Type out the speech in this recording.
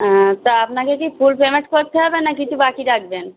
হ্যাঁ তা আপনাকে কে কি ফুল পেমেন্ট করতে হবে না কিছু বাকি রাখবেন